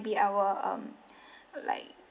be our um like